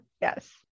Yes